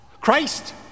Christ